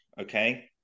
okay